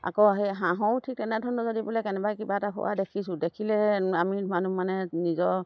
আকৌ সেই হাঁহৰো ঠিক তেনেধৰণৰ যদি বোলে কেনেবাকৈ কিবা এটা হোৱা দেখিছোঁ দেখিলে আমি মানুহ মানে নিজৰ